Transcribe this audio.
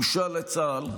בושה לצה"ל,